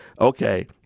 okay